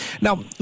Now